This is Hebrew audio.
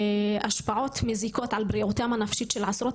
השפעות מזיקות על בריאותם הנפשית של עשרות